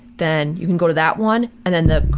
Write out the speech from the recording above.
then you can go to that one, and then the.